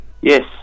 Yes